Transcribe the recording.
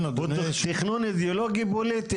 הוא תכנון אידיאולוגי בולט,